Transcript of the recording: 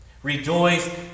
Rejoice